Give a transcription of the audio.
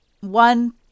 one